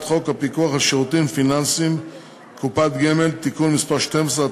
חוק הפיקוח על שירותים פיננסיים (קופות גמל) (תיקון מס' 12),